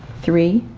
three,